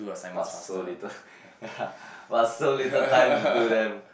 but so little yeah but so little time to do them